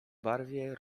barwie